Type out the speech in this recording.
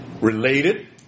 Related